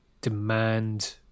demand